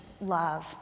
love